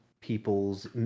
people's